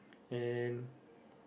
and